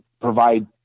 provide